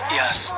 yes